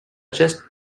jet